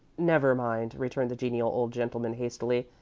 never mind, returned the genial old gentleman, hastily.